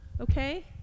Okay